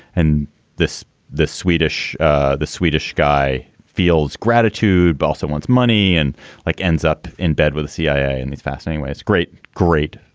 and this the swedish ah the swedish guy feels gratitude, balsa one's money and like ends up in bed with the cia. and it's fascinating. it's great. great.